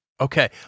Okay